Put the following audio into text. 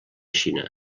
xina